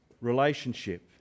relationship